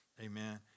amen